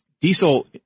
diesel